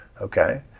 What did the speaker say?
okay